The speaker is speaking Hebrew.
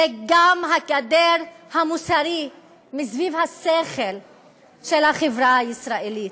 זו גם הגדר המוסרית סביב השכל של החברה הישראלית,